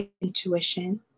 intuition